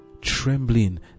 trembling